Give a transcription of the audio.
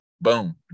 Boom